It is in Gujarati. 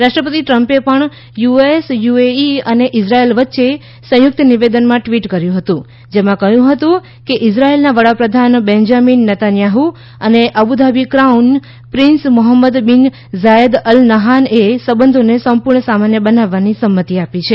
રાષ્ટ્રપતિ ટ્રમ્પે પણ યુએસ યુએઈ અને ઇઝરાયલ વચ્ચે સંયુક્ત નિવેદનમાં ટ્વીટ કર્યું હતું જેમાં કહ્યું હતું કે ઇઝરાયલના વડાપ્રધાન બેન્જામિન નેતાન્યાહ્ અને Abu Dhabi crown prince Mohammed bin Zayed Al નહાનએ સંબંધોને સંપૂર્ણ સામાન્ય બનાવવાની સંમતિ આપી છે